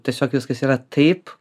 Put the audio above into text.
tiesiog viskas yra taip